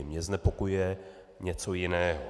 Mě znepokojuje něco jiného.